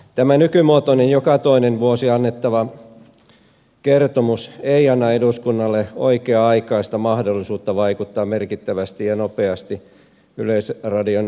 tämä nykymuotoinen joka toinen vuosi annettava kertomus ei anna eduskunnalle oikea aikaista mahdollisuutta vaikuttaa merkittävästi ja nopeasti yleisradion linjauksiin